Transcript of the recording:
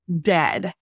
dead